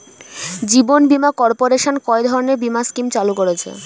জীবন বীমা কর্পোরেশন কয় ধরনের বীমা স্কিম চালু করেছে?